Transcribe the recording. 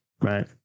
right